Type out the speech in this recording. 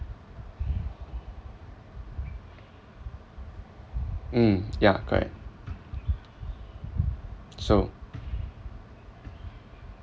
mm yeah correct so